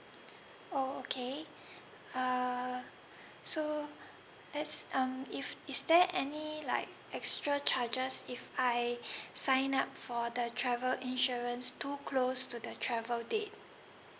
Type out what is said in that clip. oh okay uh so let's um if is there any like extra charges if I sign up for the travel insurance too close to the travel date